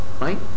right